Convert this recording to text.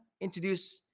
introduce